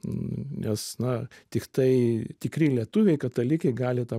nes na tiktai tikri lietuviai katalikai gali tą